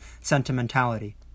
Sentimentality